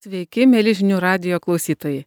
sveiki mieli žinių radijo klausytojai